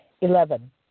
Eleven